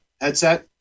headset